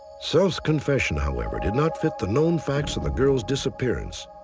self's confession, however, did not fit the known facts of the girl's disappearance.